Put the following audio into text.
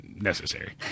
necessary